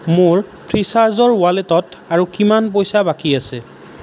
মোৰ ফ্ৰীচাৰ্জৰ ৱালেটত আৰু কিমান পইচা বাকী আছে